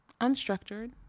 unstructured